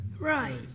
Right